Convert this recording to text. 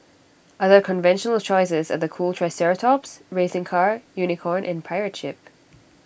other conventional choices are the cool triceratops racing car unicorn and pirate ship